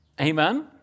Amen